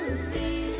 see.